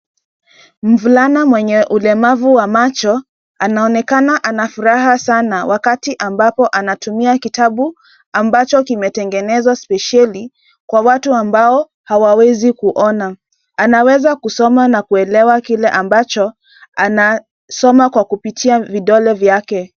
Mvulana mwenye ulemavu wa macho anaonekana anafuraha sana wakati ambapo anatumia kitabu ambacho kimetengenezwa spesheli kwa watu ambao hawaezi kuona. Anaweza kusoma na kuelewa kile ambacho anasoma kupitia vidole vyake.